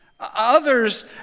Others